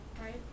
right